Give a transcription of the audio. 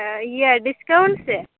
ᱤᱭᱟᱹ ᱰᱤᱥᱠᱟᱣᱩᱱᱴ ᱥᱮ